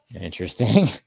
Interesting